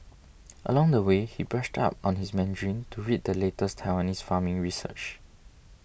along the way he brushed up on his Mandarin to read the latest Taiwanese farming research